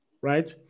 Right